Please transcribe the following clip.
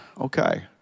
Okay